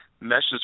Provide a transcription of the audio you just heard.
meshes